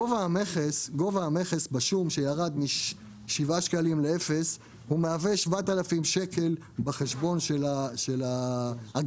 גובה המכס בשום שירד משבעה שקלים לאפס מהווה 7,000 שקל בחשבון של ההגנה,